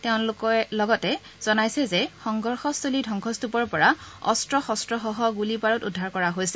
তেওঁলোকে লগতে জনাইছে যে সংঘৰ্ষস্থলীৰ ধ্বংসস্তপৰ পৰা অস্ত্ৰ শস্ত্ৰসহ গুলীবাৰুদ উদ্ধাৰ কৰিছে